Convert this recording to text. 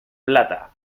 plata